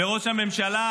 בראש הממשלה,